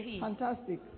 Fantastic